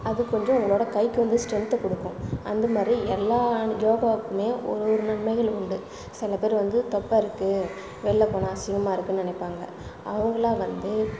அது கொஞ்சம் உங்களோடய கைக்கு வந்து ஸ்ட்ரென்த்தை கொடுக்கும் அந்த மாதிரி எல்லா யோகாக்குமே ஒரு ஒரு நன்மைகள் உண்டு சில பேர் வந்து தொப்பை இருக்குது வெளில போனால் அசிங்கமாக இருக்குதுன்னு நினைப்பாங்க அவங்களாம் வந்து